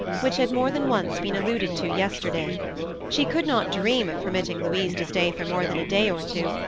which had more than once been alluded to yesterday she could not dream of permitting louise to stay for more than a day or two,